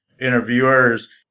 interviewers